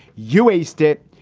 you taste it.